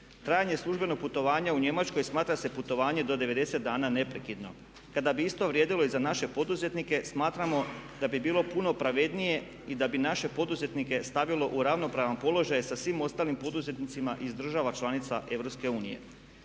Trajanje službenog putovanja u Njemačkoj smatra se putovanje do 90 dana neprekidno. Kada bi isto vrijedilo i za naše poduzetnike smatramo da bi bilo puno pravednije i da bi naše poduzetnike stavilo u ravnopravan položaj sa svim ostalim poduzetnicima iz država članica EU.